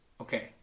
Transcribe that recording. Okay